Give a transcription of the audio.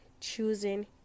choosing